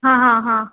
हां हां हां